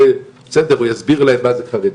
הוא יסביר להם מה זה חרדית,